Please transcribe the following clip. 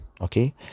okay